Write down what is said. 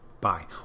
Bye